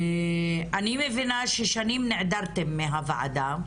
אני מבינה ששנים נעדרתם מהוועדה,